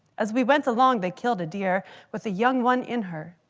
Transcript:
as we went along, they killed a deer with a young one in her.